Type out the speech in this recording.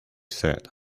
said